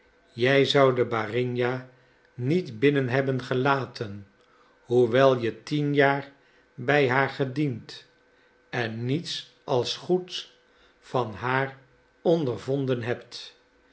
jij zoudt de barinja niet binnen hebben gelaten hoewel je tien jaar bij haar gediend en niets als goeds van haar ondervonden hebt